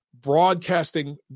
Broadcasting